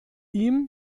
ihm